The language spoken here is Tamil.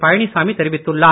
பழனிச்சாமி தெரிவித்துள்ளார்